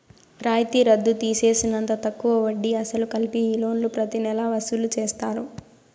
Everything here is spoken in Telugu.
రాయితీ రద్దు తీసేసినంత తక్కువ వడ్డీ, అసలు కలిపి ఈ లోన్లు ప్రతి నెలా వసూలు చేస్తారు